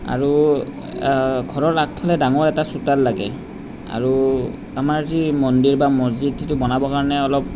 আৰু ঘৰৰ আগফালে ডাঙৰ এটা চোতাল লাগে আৰু আমাৰ যি মন্দিৰ বা মছজিদ যিটো বনাবৰ কাৰণে অলপ